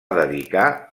dedicar